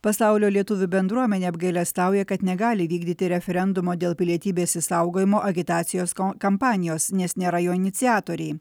pasaulio lietuvių bendruomenė apgailestauja kad negali įvykdyti referendumo dėl pilietybės išsaugojimo agitacijos kampanijos nes nėra jo iniciatoriai